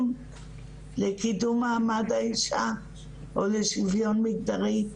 לקידום מעמד האישה או לשוויון מגדרי,